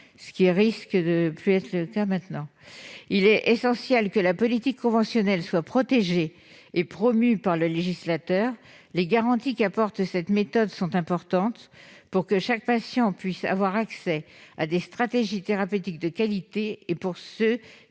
ce qui risque de ne plus être le cas désormais. Il est essentiel que la politique conventionnelle soit protégée et promue par le législateur. Les garanties apportées par cette méthode sont importantes pour que chaque patient puisse avoir accès à des stratégies thérapeutiques de qualité et, pour ceux